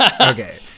okay